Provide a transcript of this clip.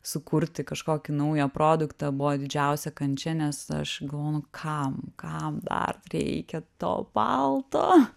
sukurti kažkokį naują produktą buvo didžiausia kančia nes aš galvojau nu kam kam ką dar reikia to palto